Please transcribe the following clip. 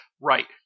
right